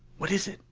what is it?